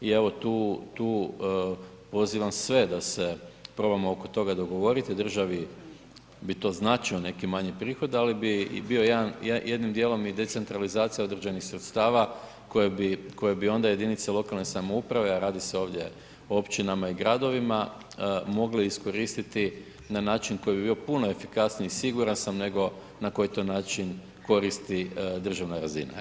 I evo tu pozivam sve da se probamo oko toga dogovoriti, državi bi to značio neki manji prihod, ali bi bio jednim dijelom i decentralizacija određenih sredstava koje bi onda jedinice lokalne samouprave, a radi se ovdje o općinama i gradovima, mogle iskoristiti na način koji bi bio puno efikasniji, siguran sam nego na koji to način koristi državna razina.